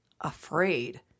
afraid